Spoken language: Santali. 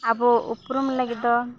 ᱟᱵᱚ ᱩᱯᱨᱩᱢ ᱞᱟᱹᱜᱤᱫ ᱫᱚ